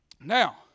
Now